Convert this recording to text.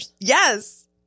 Yes